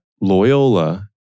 Loyola